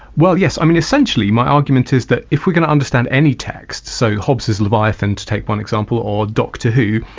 well yes. i mean essentially my argument is that if we going to understand any text, say hobbes's leviathan to take one example, or doctor who,